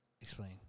Explain